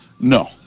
No